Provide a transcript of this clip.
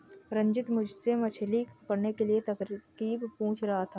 रंजित मुझसे मछली पकड़ने की तरकीब पूछ रहा था